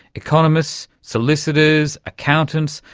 economists, solicitors, accountants,